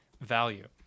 value